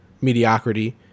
mediocrity